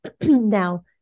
Now